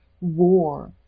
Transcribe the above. war